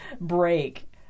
break